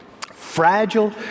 Fragile